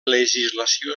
legislació